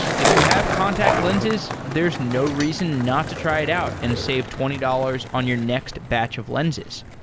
if you have contact lenses, there's no reason not to try it out and save twenty dollars on your next batch of lenses.